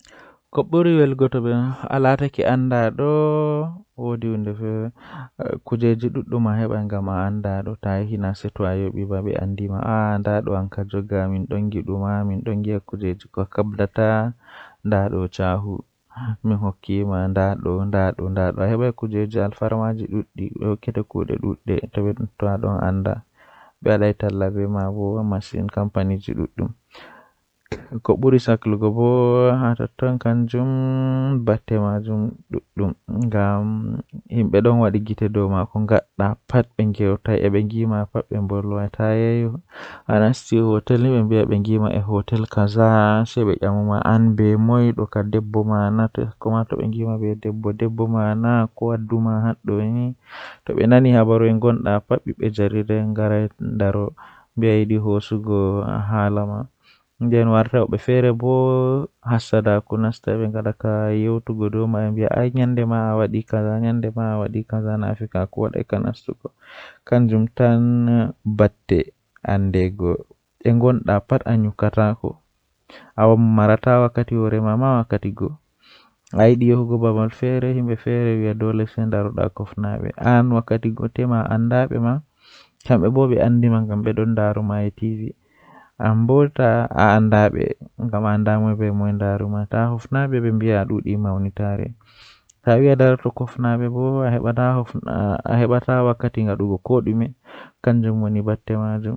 Woodi miseum haa kombi haa kombi saare lamido yola kanjum do mi yidi nastugo masin ngam woodi kareeji tari wuro man ko neebi nden tomi nasti mi laaran no wuro man fuddiri haa no wari jooni ko wontiri haa nder man suudu tarihi man.